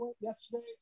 yesterday